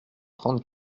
trente